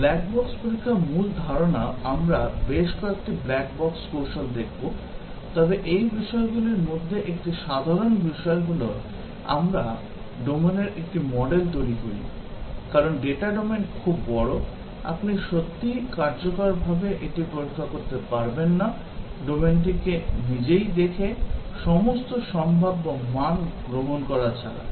black box পরীক্ষার মূল ধারণা আমরা বেশ কয়েকটি ব্ল্যাক বক্স কৌশল দেখব তবে এই বিষয়গুলির মধ্যে একটি সাধারণ বিষয় হল আমরা ডোমেনের একটি মডেল তৈরি করি কারণ ডেটা ডোমেন খুব বড় আপনি সত্যিই কার্যকরভাবে এটি পরীক্ষা করতে পারবেন না ডোমেনটিকে নিজেই দেখে সমস্ত সম্ভাব্য মান গ্রহণ করা ছাড়া